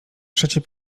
przecie